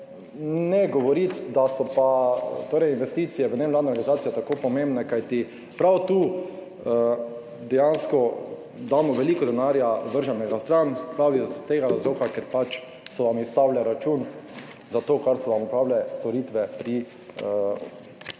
ne govoriti, da so investicije v nevladne organizacije tako pomembne, kajti prav tu je dejansko veliko denarja vrženega stran prav iz tega razloga, ker pač so vam izstavile račun za to, ker so vam opravi storitve pri volilni